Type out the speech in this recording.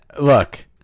look